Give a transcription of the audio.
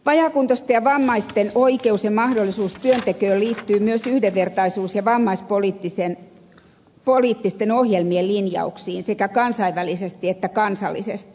vajaakuntoisten ja vammaisten oikeus ja mahdollisuus työntekoon liittyy myös yhdenvertaisuus ja vammaispoliittisten ohjelmien linjauksiin sekä kansainvälisesti että kansallisesti